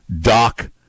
Doc